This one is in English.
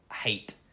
Hate